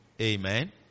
Amen